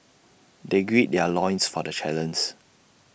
they grid their loins for the